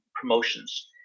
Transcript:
promotions